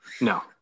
No